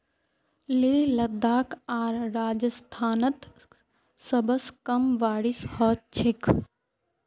लेह लद्दाख आर राजस्थानत सबस कम बारिश ह छेक